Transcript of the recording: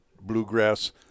bluegrass